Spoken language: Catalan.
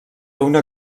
una